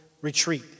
retreat